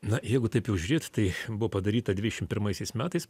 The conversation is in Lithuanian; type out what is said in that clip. na jeigu taip jau žiūrėt tai buvo padaryta dvišim pirmaisiais metais